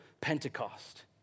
Pentecost